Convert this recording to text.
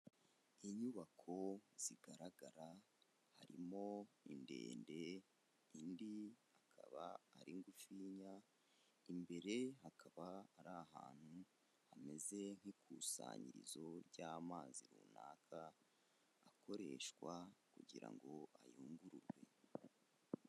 Inyubako zigaragara harimo indende indi akaba ari ngufiya, imbere hakaba ari ahantu hameze nk'ikusanyirizo ry'amazi runaka, akoreshwa kugira ngo ayungururwe.